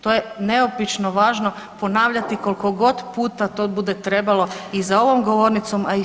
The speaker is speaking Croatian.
To je neobično važno ponavljati koliko god puta to bude trebalo i za ovom govornicom, a i šire.